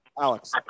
Alex